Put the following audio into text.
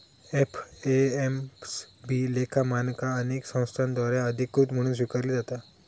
FASB लेखा मानका अनेक संस्थांद्वारा अधिकृत म्हणून स्वीकारली जाता